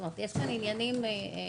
זאת אומרת יש כאן עניינים למשפחות,